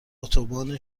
اتوبان